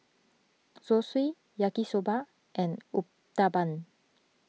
Zosui Yaki Soba and Uthapam